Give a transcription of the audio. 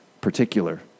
particular